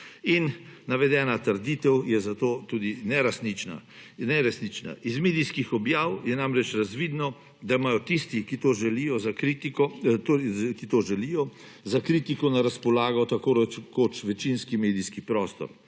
in navedena trditev je zato tudi neresnična. Je neresnična. Iz medijskih objav je namreč razvidno, da imajo tisti, ki to želijo, za kritiko na razpolago tako rekoč večinski medijski prostor.